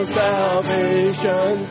salvation